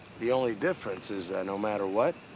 the only difference is that no matter what,